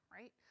right